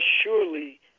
surely